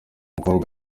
mukobwa